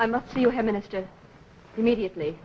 i must see you have ministers immediately